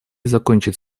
закончить